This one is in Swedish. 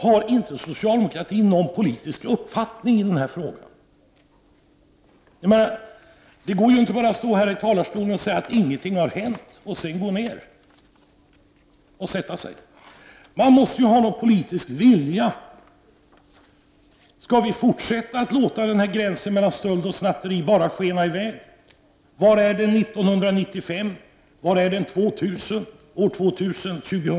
Har inte socialdemokraterna någon politisk uppfattning i den här frågan? Det går ju inte bara att stå här i talarstolen och säga att ingenting har hänt och sedan gå ner och sätta sig. Man måste ha en politisk vilja. Skall vi fortsätta att låta gränsen mellan stöld och snatteri skena i väg? Var är den år 1995, och var finns den år 2000?